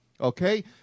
okay